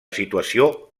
situació